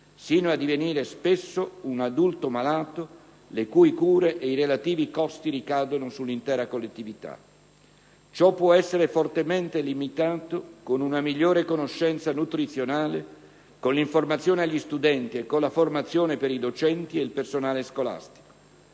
sino a divenire spesso un adulto malato, le cui cure ed i relativi costi ricadono sull'intera collettività. Ciò può essere fortemente limitato con una migliore conoscenza nutrizionale, con l'informazione agli studenti e con la formazione per i docenti e il personale scolastico.